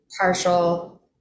partial